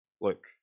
Look